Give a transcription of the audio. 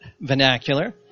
vernacular